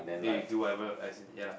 then you do whatever as in ya lah